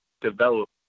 develop